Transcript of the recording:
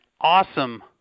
Awesome